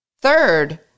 Third